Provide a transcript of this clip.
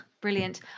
brilliant